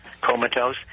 Comatose